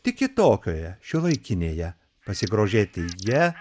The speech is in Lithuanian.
tik kitokioje šiuolaikinėje pasigrožėti ja